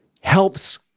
helps